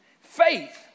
faith